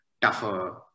tougher